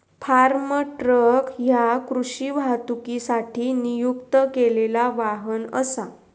form truck ह्या कृषी वाहतुकीसाठी नियुक्त केलेला वाहन असा